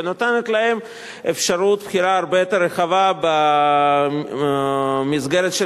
ונותנת להם אפשרות בחירה הרבה יותר רחבה במסגרת של